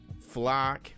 Flock